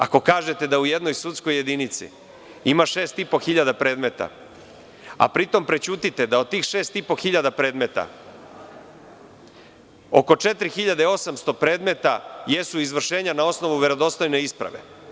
Ako kažete da u jednoj sudskoj jedinici ima 6.500 predmeta, a pri tome prećutite da od tih 6.500 predmeta oko 4.800 predmeta jesu izvršenja na osnovu verodostojne isprave.